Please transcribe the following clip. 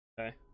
Okay